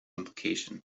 implication